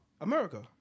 America